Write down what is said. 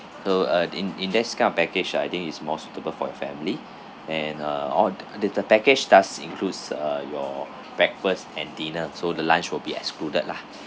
err uh in in this kind of package ah I think it's more suitable for your family and err all the the package does includes uh your breakfast and dinner so the lunch will be excluded lah